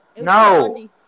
No